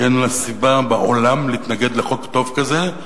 כי אין לה סיבה בעולם להתנגד לחוק טוב כזה,